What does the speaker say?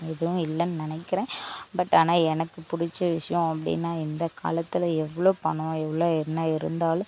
எதுவும் இல்லன்னு நினைக்கிறேன் பட் ஆனால் எனக்கு பிடிச்ச விஷயம் அப்படின்னா இந்த காலத்தில் எவ்வளோ பணம் எவ்வளோ என்ன இருந்தாலும்